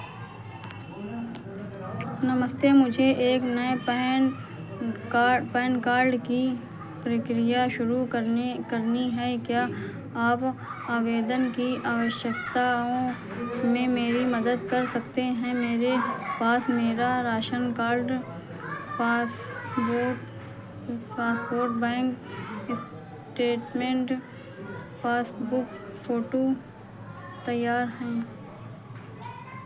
नमस्ते मुझे एक नए पैन कार पैन कार्ड की प्रक्रिया शुरू करनी करनी है क्या आप आवेदन की आवश्यकताओं में मेरी मदद कर सकते हैं मेरे पास मेरा ration card passport passport bank statement और पासबुक फोटू तैयार है